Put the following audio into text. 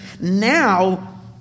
now